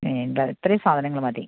വേണ്ട ഇത്രയും സാധനങ്ങൾ മതി